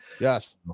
Yes